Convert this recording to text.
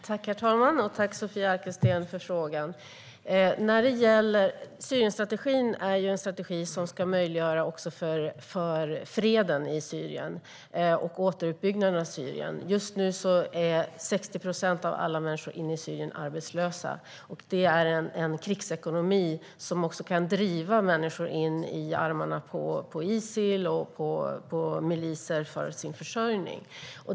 Herr talman! Tack, Sofia Arkelsten, för frågan! Syrienstrategin är en strategi som ska möjliggöra också för freden i Syrien och återuppbyggnaden av Syrien. Just nu är 60 procent av alla människor i Syrien arbetslösa. Det är en krigsekonomi som också kan driva människor i armarna på Isil och miliser för sin försörjning.